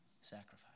sacrifice